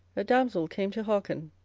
a damsel came to hearken,